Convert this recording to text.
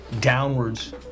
downwards